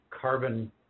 carbon